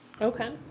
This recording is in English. okay